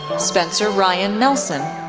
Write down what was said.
spencer ryan nelson,